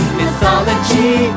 mythology